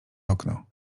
okno